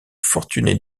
fortunés